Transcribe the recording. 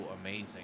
amazing